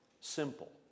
simple